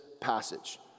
passage